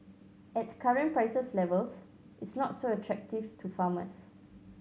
at current prices levels it's not so attractive to farmers